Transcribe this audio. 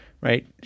right